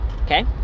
okay